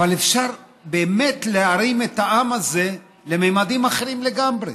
אבל אפשר באמת להרים את העם הזה לממדים אחרים לגמרי.